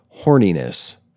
horniness